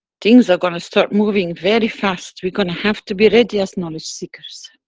things are gonna start moving very fast. we gonna have to be ready as knowledge seekers